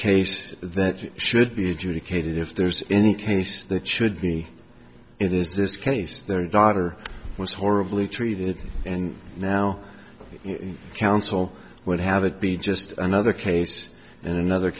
case that should be adjudicated if there's any case that should be in this case their daughter was horribly treated and now counsel would have it be just another case and another